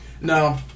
No